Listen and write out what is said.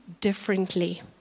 differently